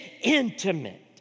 intimate